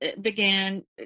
began